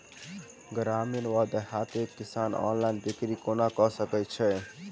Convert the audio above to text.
ग्रामीण वा देहाती किसान ऑनलाइन बिक्री कोना कऽ सकै छैथि?